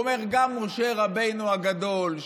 גם משה רבנו הגדול,